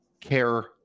care